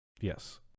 yes